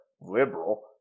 liberal